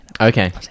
Okay